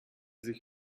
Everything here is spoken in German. sich